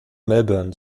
melbourne